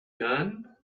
gun